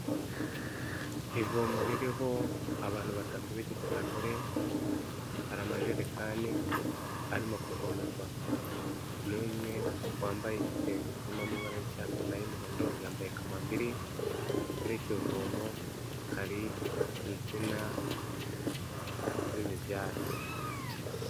Ivomo ririho abantu batatu b'igitsina gore, hari amajerekani arimo kuvomerwa, n'umwe wambaye igitenge kirimo amabara y'icyatsi nay'umuhondo yambaye kamambiri kuri iryo vomo hari insina z'imibyare.